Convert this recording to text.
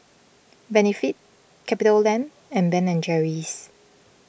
Benefit CapitaLand and Ben and Jerry's